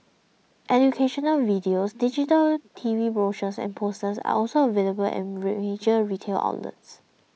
educational videos digital T V brochures and posters are also available at major retail outlets